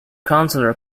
consular